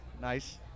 Nice